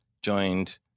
joined